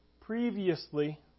previously